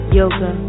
yoga